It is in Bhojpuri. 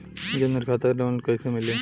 जन धन खाता से लोन कैसे मिली?